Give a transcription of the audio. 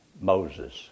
Moses